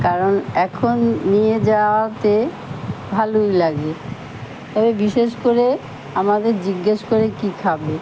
কারণ এখন নিয়ে যাওয়াতে ভালোই লাগে তবে বিশেষ করে আমাদের জিজ্ঞেস করে কী খাবে